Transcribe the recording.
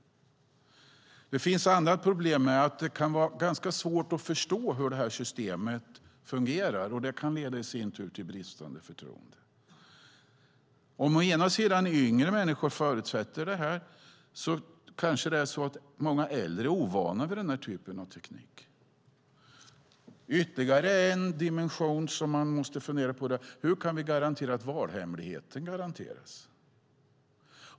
Det kan dessutom vara ganska svårt att förstå hur systemet fungerar, och det kan leda till bristande förtroende för det. Det kan också vara så att yngre människor förutsätter att ett sådant system finns medan många äldre människor är ovana vid denna typ av teknik. Vidare: Hur kan vi garantera valhemligheten?